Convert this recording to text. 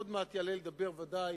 עוד מעט יעלה לדבר ודאי